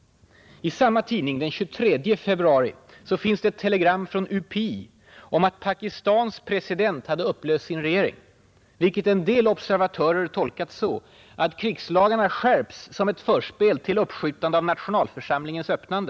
I samma tidning den 23 februari finns ett telegram från UPI om att Pakistans president hade upplöst sin regering, vilket en del observatörer tolkat så att ”krigslagarna skärps som ett förspel till uppskjutandet av nationalförsamlingens öppnande.